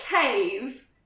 cave